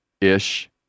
ish